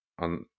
on